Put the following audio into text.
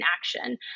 action